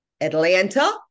Atlanta